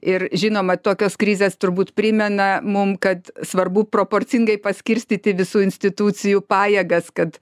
ir žinoma tokios krizės turbūt primena mum kad svarbu proporcingai paskirstyti visų institucijų pajėgas kad